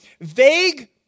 vague